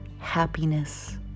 happiness